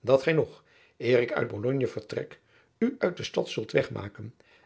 dat gij nog eer ik uit bologne vertrek u uit de stad zult wegmaken